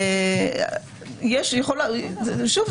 שוב,